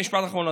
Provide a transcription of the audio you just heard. משפט אחרון,